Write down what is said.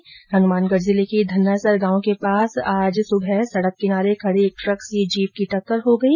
इधर हनुमानगढ जिले के धन्नासर गांव के पास सड़क किनारे खडे एक ट्रक से जीप की टक्कर हो गई